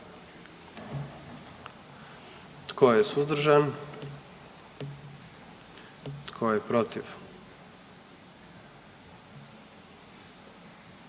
Tko je suzdržan? Tko je protiv?